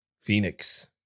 Phoenix